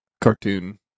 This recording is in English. cartoon